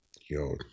yo